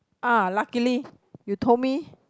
ah luckily you told me